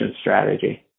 strategy